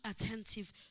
attentive